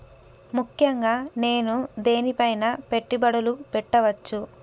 ముఖ్యంగా నేను దేని పైనా పెట్టుబడులు పెట్టవచ్చు?